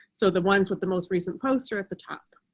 so the ones with the most recent posts are at the top.